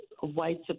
white